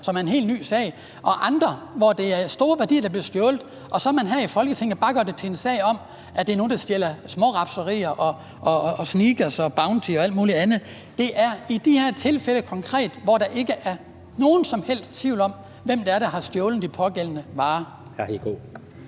det er en helt ny sag – og andet, hvor det er store værdier, der bliver stjålet, og man så her i Folketinget bare gør det til en sag om, at det er nogle, der stjæler småting, laver smårapserier af Snickers og Bounty og alt muligt andet. Det er i de her tilfælde konkret, hvor der ikke er nogen som helst tvivl om, hvem det er, der har stjålet de pågældende varer.